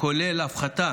הכולל הפחתה